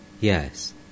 yes